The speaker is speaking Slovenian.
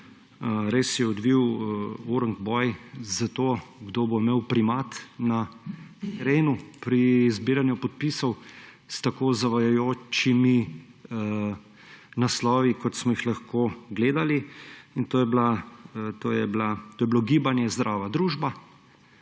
se je odvil močen boj za to, kdo bo imel primat na terenu pri zbiranju podpisov, s tako zavajajočimi naslovi, kot smo jih lahko gledali, in to je bilo Gibanje Zdrava družba,